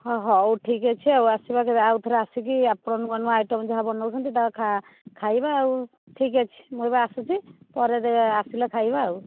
ହ ହଉ ଠିକ୍ ଅଛି ଆଉ ଆସିବା କେବେ ଆଉଥରେ ଆସିକି ଆପଣ ନୂଆ ନୂଆ ଆଇଟମ୍ ଯାହା ବନଉଛନ୍ତି ତା ଖାଇବା ଆଉ ଠିକ୍ ଅଛି ମୁଁ ଏବେ ଆସୁଛି ପରେ ଯେ ଆସିଲେ ଖାଇବା ଆଉ